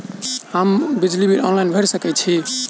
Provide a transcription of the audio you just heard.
हम बिजली bill online भैर सकै छी?